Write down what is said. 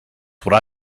what